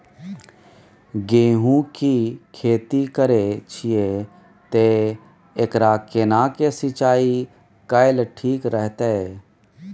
गेहूं की खेती करे छिये ते एकरा केना के सिंचाई कैल ठीक रहते?